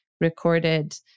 recorded